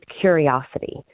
curiosity